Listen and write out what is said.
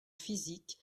physique